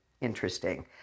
interesting